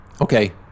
okay